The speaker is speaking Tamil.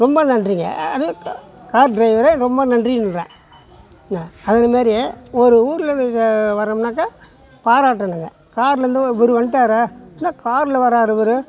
ரொம்ப நன்றிங்க அது கா கார் டிரைவரு ரொம்ப நன்றின்றேன் என்ன அதுமாதிரி ஒரு ஊரில் இருந்து வரோம்னாக்கா பாராட்டணுங்க கார்லேருந்து இவரு வந்துட்டாரா என்ன காரில் வர்றாரு இவர்